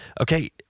okay